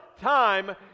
time